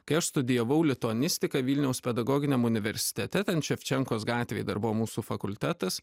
kai aš studijavau lituanistiką vilniaus pedagoginiam universitete ten ševčenkos gatvėj dar buvo mūsų fakultetas